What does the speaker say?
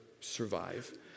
survive